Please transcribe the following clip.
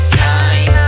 time